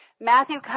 Matthew